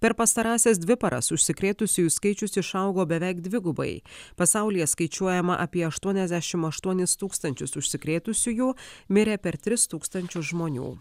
per pastarąsias dvi paras užsikrėtusiųjų skaičius išaugo beveik dvigubai pasaulyje skaičiuojama apie aštuoniasdešim aštuonis tūkstančius užsikrėtusiųjų mirė per tris tūkstančius žmonių